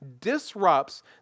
disrupts